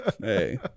Hey